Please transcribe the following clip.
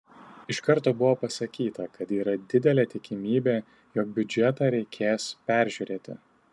iš karto buvo pasakyta kad yra didelė tikimybė jog biudžetą reikės peržiūrėti